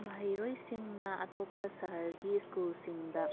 ꯃꯍꯩꯔꯣꯏꯁꯤꯡꯅ ꯑꯇꯣꯞꯄ ꯁꯍꯔꯒꯤ ꯁ꯭ꯀꯨꯜꯁꯤꯡꯗ